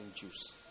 juice